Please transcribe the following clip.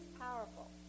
powerful